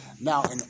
Now